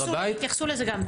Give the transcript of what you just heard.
יתייחסו לזה גם.